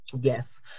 Yes